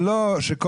יש רבים